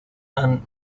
and